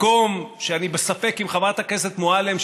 מקום שאני בספק אם חברת הכנסת מועלם,